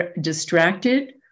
distracted